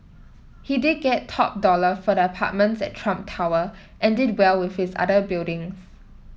he did get top dollar for the apartments at Trump Tower and did well with his other buildings